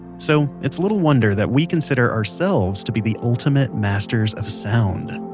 so it's little wonder that we consider ourselves to be the ultimate masters of sound